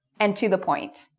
and to the point.